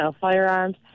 firearms